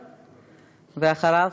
ואחריו,